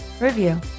review